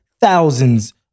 thousands